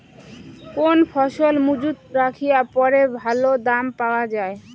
কোন ফসল মুজুত রাখিয়া পরে ভালো দাম পাওয়া যায়?